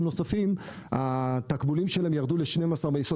נוספים התקבולים ירדו ל-12 מיליארד שקל.